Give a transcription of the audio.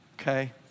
okay